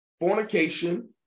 fornication